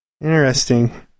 Interesting